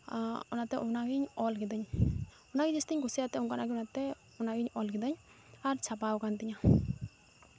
ᱚᱱᱟᱛᱮ ᱚᱱᱟᱜᱤᱧ ᱚᱞ ᱠᱤᱫᱟᱹᱧ ᱚᱱᱟᱜᱮ ᱡᱟᱹᱥᱛᱤᱧ ᱠᱩᱥᱤᱭᱟᱜ ᱛᱮ ᱚᱱᱠᱟᱱᱟᱜ ᱜᱮ ᱚᱱᱟᱛᱮ ᱚᱱᱟᱜᱤᱧ ᱚᱞ ᱠᱮᱫᱟᱹᱧ ᱟᱨ ᱪᱷᱟᱯᱟᱣ ᱠᱟᱱ ᱛᱤᱧᱟ